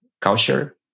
culture